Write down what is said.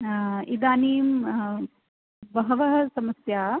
हा इदानीं बहवः समस्या